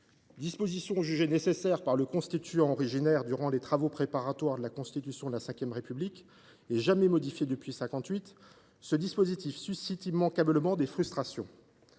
à supprimer. Jugé nécessaire par le constituant originaire durant les travaux préparatoires de la Constitution de la V République et jamais modifié depuis 1958, ce dispositif suscite immanquablement des frustrations,